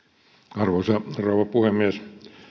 arvoisa rouva puhemies